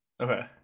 okay